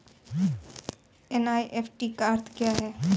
NEFT का अर्थ क्या है?